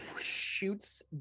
Shoots